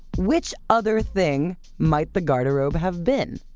which other thing might the garderobe have been?